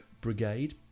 Brigade